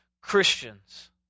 Christians